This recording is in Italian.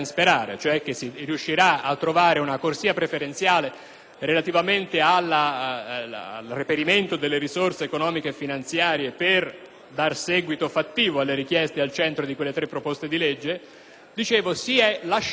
relativamente al reperimento delle risorse economiche e finanziarie per dare seguito fattivo alle richieste al centro di quelle tre proposte di legge. È stata lasciata nelle mani del Governo libico la possibilità